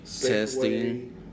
Testing